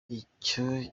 icyo